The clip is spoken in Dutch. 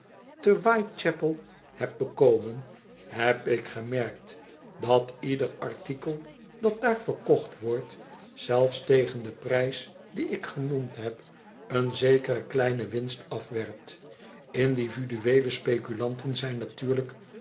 te whitechapel heb bekomen heb ik gemerkt dat ieder artikel dat daar verkocht wordt zelfs tegen den prijs dien ik genoemd heb een zekere kleine winst afwerpt individueele speculanten zijn natuurlijk